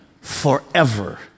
forever